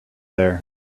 there